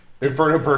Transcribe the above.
Inferno